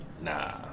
Nah